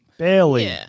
Barely